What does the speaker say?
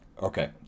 Okay